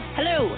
Hello